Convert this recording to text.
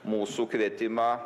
mūsų kvietimą